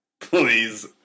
Please